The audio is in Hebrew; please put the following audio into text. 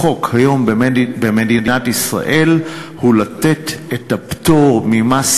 החוק היום במדינת ישראל נותן את הפטור ממס